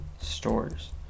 stores